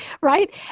Right